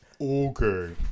Okay